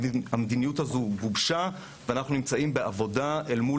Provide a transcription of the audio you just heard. המדיניות הזו הוגשה ואנחנו נמצאים בעבודה אל מול